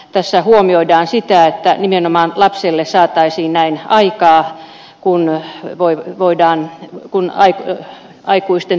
tässä huomioidaan se että nimenomaan lapselle saataisiin näin aikaa kun aikoi aikuisten